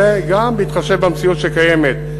וגם בהתחשב במציאות שקיימת,